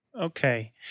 Okay